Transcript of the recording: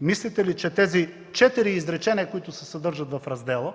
Мислите, че тези четири изречения, съдържащи се в раздела,